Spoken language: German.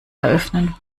eröffnen